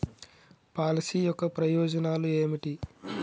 Policy యొక్క ప్రయోజనాలు ఏమిటి?